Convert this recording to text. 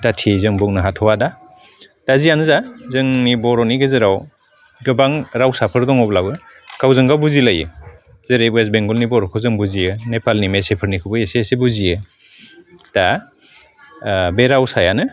दाथियै जों बुंनो हाथ'वा दा दा जियानो जा जोंनि बर'नि गेजेराव गोबां रावसाफोर दङब्लाबो गावजोंगाव बुजिलायो जेरै वेस्ट बेंगलनि बर'खौ जों बुजियो नेपालनि मेसेफोरनिखौबो इसे इसे बुजियो दा बे रावसायानो